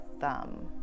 thumb